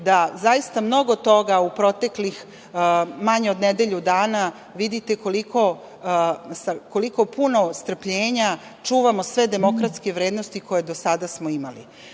da zaista mnogo toga u proteklih manje od nedelju dana vidite sa koliko puno strpljenja čuvamo sve demokratske vrednosti koje do sada smo imali. Aplauz